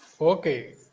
Okay